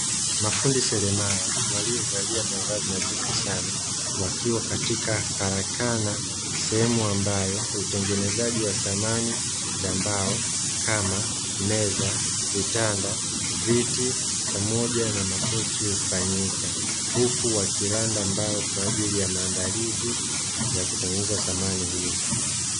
Mafundi selemala waliovalia mavazi nadhifu sana wakiwa katika karakana; sehemu ambayo hutengenezaji wa samani za mbao kama; meza ,vitanda ,viti pamoja na makochi hufanyika, huku wakilanda mbao kwa ajili ya maandalizi ya kutengeneza samani hizo.